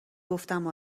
گفتم